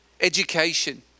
education